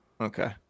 Okay